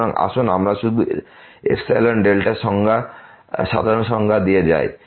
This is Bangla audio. সুতরাং আসুন আমরা শুধু এপসিলন ডেল্টার সাধারণ সংজ্ঞা দিয়ে যাই